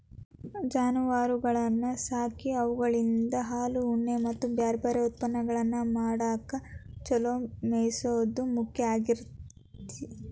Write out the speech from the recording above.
ಜಾನುವಾರಗಳನ್ನ ಸಾಕಿ ಅವುಗಳಿಂದ ಹಾಲು, ಉಣ್ಣೆ ಮತ್ತ್ ಬ್ಯಾರ್ಬ್ಯಾರೇ ಉತ್ಪನ್ನಗಳನ್ನ ಪಡ್ಯಾಕ ಚೊಲೋ ಮೇಯಿಸೋದು ಮುಖ್ಯ ಆಗಿರ್ತೇತಿ